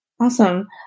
Awesome